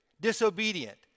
disobedient